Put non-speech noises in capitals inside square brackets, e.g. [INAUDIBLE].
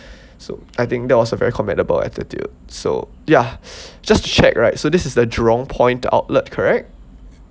so I think that was a very commendable attitude so ya [NOISE] just to check right so this is the jurong point outlet correct